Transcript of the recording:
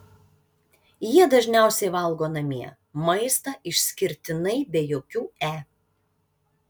jie dažniausiai valgo namie maistą išskirtinai be jokių e